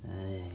!hais!